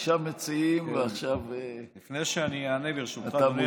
שישה מציעים, ועכשיו אתה מול